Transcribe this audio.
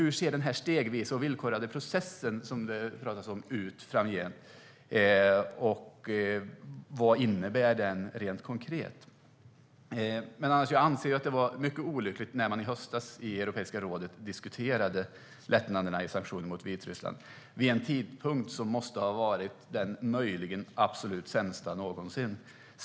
Hur ser den stegvisa och villkorade processen, som det pratas om, ut framgent, och vad innebär den rent konkret? Jag anser att det var mycket olyckligt när Europeiska rådet i höstas diskuterade lättnaderna i sanktionerna mot Vitryssland vid en tidpunkt som måste ha varit den absolut sämsta någonsin.